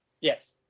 Yes